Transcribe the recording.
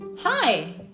Hi